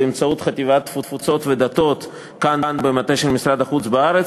באמצעות חטיבת תפוצות ודתות כאן במטה של משרד החוץ בארץ